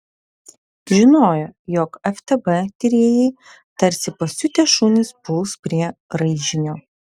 žinojo jog ftb tyrėjai tarsi pasiutę šunys puls prie raižinio